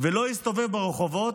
ולא יסתובב ברחובות,